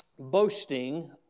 Boasting